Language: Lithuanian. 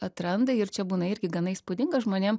atranda ir čia būna irgi gana įspūdinga žmonėm